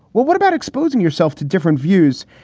well, what about exposing yourself to different views,